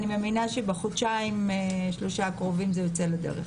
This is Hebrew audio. אני מאמינה שבחודשיים שלושה הקרובים זה יוצא לדרך.